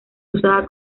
usada